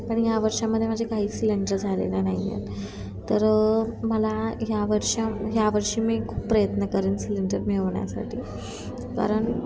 पण या वर्षामध्ये माझे काहीच सिलेंडर झालेलं नाही आहेत तर मला या वर्षा यावर्षी मी खूप प्रयत्न करेन सिलेंडर मिळवण्यासाठी कारण